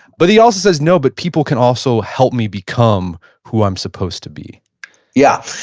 but he also says no, but people can also help me become who i'm supposed to be yeah.